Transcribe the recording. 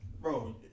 Bro